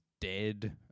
dead